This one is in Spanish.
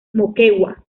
moquegua